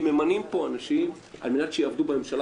כי ממנים פה אנשים על מנת שיעבדו בממשלה